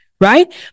Right